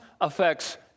affects